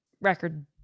Record